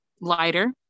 Lighter